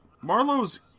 Marlowe's